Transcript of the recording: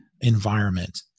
environment